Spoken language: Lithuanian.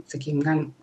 sakykim galim